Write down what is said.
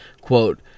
quote